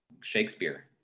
Shakespeare